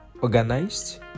Organized